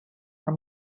for